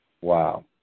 Wow